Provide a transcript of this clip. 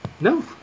No